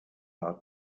are